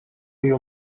you